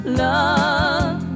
love